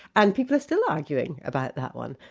and people are still arguing about that one.